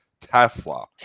Tesla